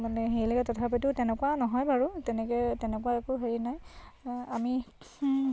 মানে হেৰি লাগে তথাপিতো তেনেকুৱা নহয় বাৰু তেনেকৈ তেনেকুৱা একো হেৰি নাই আমি